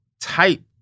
type